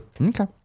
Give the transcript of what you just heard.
Okay